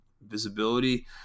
visibility